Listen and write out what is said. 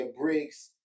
bricks